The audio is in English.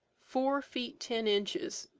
four feet ten inches,